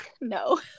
no